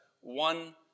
one